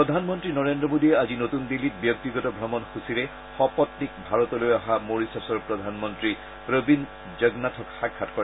প্ৰধানমন্তী নৰেন্দ্ৰ মোডীয়ে আজি নতুন দিল্লীত ব্যক্তিগত ভ্ৰমণসচীৰে সপল্পীক ভাৰতলৈ অহা মৰিছাছৰ প্ৰধানমন্তী প্ৰবীন্দ জগনাথক সাক্ষাৎ কৰে